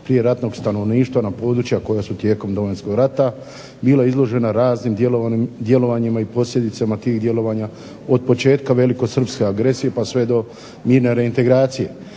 prijeratnog stanovništva na područja koja su tijekom Domovinskog rata bila izložena raznim djelovanjima i posljedicama tih djelovanja od početka velikosrpske agresije pa sve do mirne reintegracije.